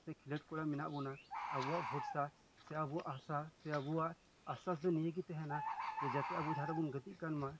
ᱠᱷᱮᱞᱳᱰ ᱠᱚᱲᱟ ᱢᱮᱱᱟᱜ ᱵᱚᱱᱟ ᱚᱱᱟ ᱟᱵᱚᱣᱟᱜ ᱵᱷᱚᱨᱥᱟ ᱥᱮ ᱟᱵᱚᱣᱟᱜ ᱟᱥᱟ ᱥᱮ ᱟᱵᱚᱣᱟᱜ ᱟᱥᱥᱟᱥ ᱫᱚ ᱱᱤᱭᱟᱹᱜᱮ ᱛᱟᱦᱮᱱᱟ ᱡᱮ ᱡᱟᱛᱮ ᱟᱵᱚ ᱡᱟᱦᱟᱸᱴᱟᱜ ᱵᱚᱱ ᱜᱟᱛᱮᱜ ᱠᱟᱱ ᱢᱟ